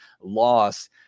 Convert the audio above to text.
loss